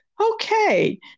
okay